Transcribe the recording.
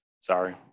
sorry